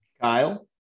Kyle